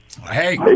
hey